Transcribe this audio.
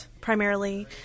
primarily